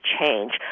change